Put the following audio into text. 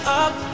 up